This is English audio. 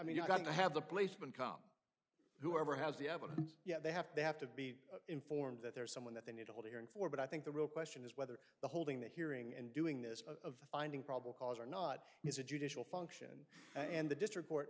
mean you've got to have the placement come whoever has the evidence yet they have they have to be informed that there is someone that they will be hearing for but i think the real question is whether the holding the hearing and doing this of finding probable cause or not is a judicial function and the district court